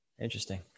Interesting